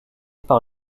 par